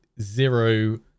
zero